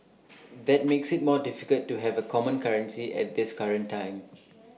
that makes IT more difficult to have A common currency at this current time